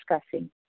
discussing